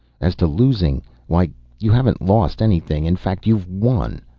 as to losing why you haven't lost anything. in fact you've won.